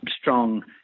strong